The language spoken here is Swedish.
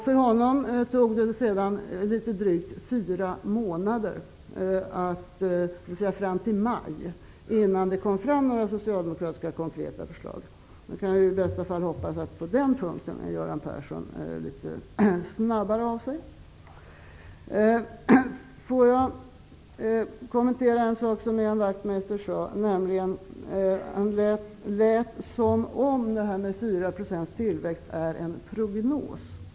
Då tog det drygt fyra månader, dvs. fram till maj, innan det kom några konkreta socialdemokratiska förslag. Man kan hoppas att Göran Persson är snabbare. Jag vill också kommentera en sak som Ian Wachtmeister sade. Det lät på honom som om 4 % tillväxt var en prognos.